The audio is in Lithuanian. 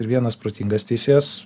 ir vienas protingas teisėjas